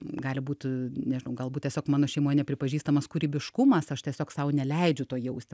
gali būt nežinau galbūt tiesiog mano šeimoj nepripažįstamas kūrybiškumas aš tiesiog sau neleidžiu to jausti